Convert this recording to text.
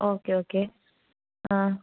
okay okay ആ